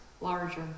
larger